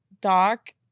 doc